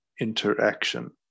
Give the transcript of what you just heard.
interaction